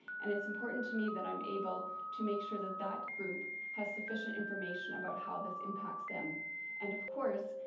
and it's important to me that i'm able to make sure that that group has sufficient information about how this impacts them and, of course,